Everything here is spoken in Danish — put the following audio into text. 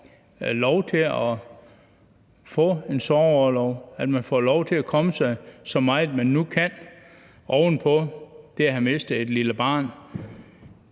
at man får lov til at få sorgorlov, at man får lov til at komme sig, så meget man nu kan, oven på det at have mistet et lille barn.